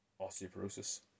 osteoporosis